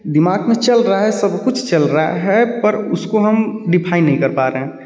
दिमाग में चल रहा है सब कुछ चल रहा है पर उसको हम डिफाइन नहीं कर पा रहे हैं